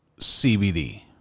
CBD